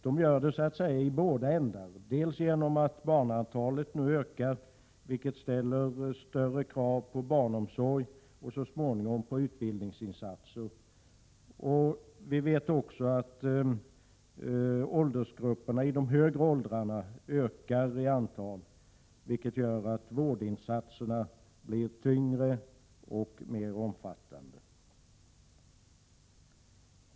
De gör det så att säga i båda ändarna, dels genom att barnantalet nu ökar, vilket ställer större krav på barnomsorg och så småningom på utbildningsinsatser, dels därför att åldersgrupperna i de högre åldrarna blir större, vilket gör att vårdinsatserna blir tyngre och mer omfattande.